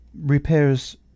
Repairs